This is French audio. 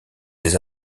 des